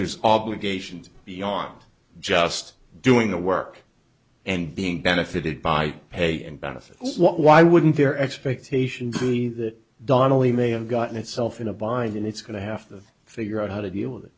there's obligations beyond just doing the work and being benefited by pay and benefits why wouldn't their expectations be that donnelley may have gotten itself in a bind and it's going to have to figure out how to deal with it